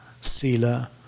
sila